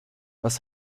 was